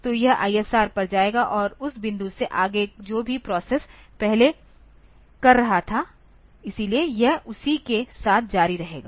तो यह ISR पर जाएगा और उस बिंदु से आगे जो भी प्रोसेस पहले कर रहा था इसलिए यह उसी के साथ जारी रहेगा